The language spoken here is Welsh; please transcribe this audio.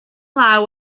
law